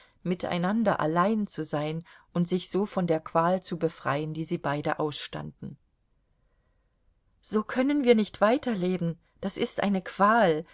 miteinander allein zu sein und sich so von der qual zu befreien die sie beide ausstanden so können wir nicht weiterleben das ist eine qual